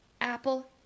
apple